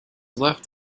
left